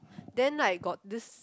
then like got this